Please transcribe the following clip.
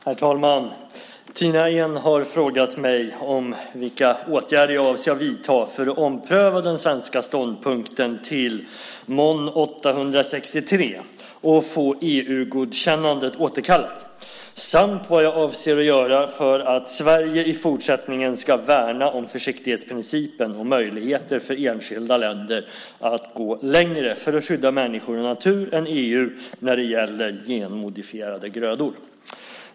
Herr talman! Tina Ehn har frågat mig vilka åtgärder jag avser att vidta för att ompröva den svenska ståndpunkten till MON 863 och få EU-godkännandet återkallat, samt vad jag avser att göra för att Sverige i fortsättningen ska värna om försiktighetsprincipen och möjligheter för enskilda länder att gå längre än EU för att skydda människor och natur när det gäller genmodifierade grödor.